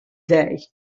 day